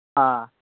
ꯑꯥ